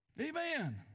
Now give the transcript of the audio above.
amen